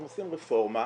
אם עושים רפורמה,